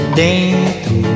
dentro